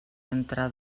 entre